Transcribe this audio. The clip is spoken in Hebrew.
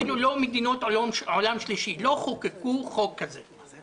אם אתה הולך לקבל החלטה עכשיו אם לפתוח דוכן פלאפל,